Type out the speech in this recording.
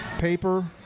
paper